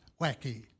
wacky